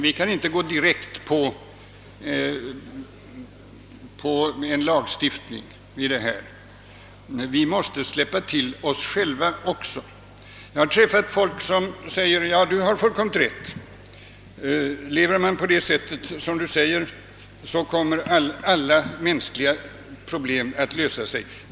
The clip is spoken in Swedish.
Vi kan inte gå direkt på en lagstiftning — vi måste släppa till oss själva också. Jag har träffat människor som har sagt: »Du har fullkomligt rätt. Lever man på det sätt som du beskriver kommer alla mänskliga problem att lösas.